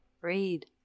read